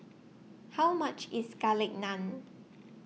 How much IS Garlic Naan